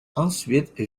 ensuite